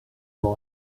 boy